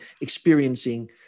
experiencing